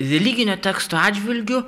religinio teksto atžvilgiu